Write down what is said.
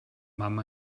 mama